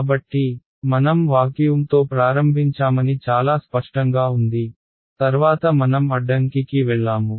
కాబట్టి మనం వాక్యూమ్తో ప్రారంభించామని చాలా స్పష్టంగా ఉంది తర్వాత మనం అడ్డంకి కి వెళ్ళాము